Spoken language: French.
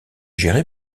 gérée